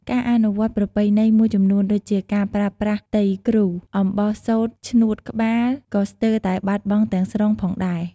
ការអនុវត្តន៍ប្រពៃណីមួយចំនួន ដូចជាការប្រើប្រាស់ "ទៃគ្រូ" អំបោះសូត្រឈ្នួតក្បាល ក៏ស្ទើរតែបាត់បង់ទាំងស្រុងផងដែរ។